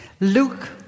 Luke